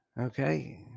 Okay